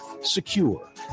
secure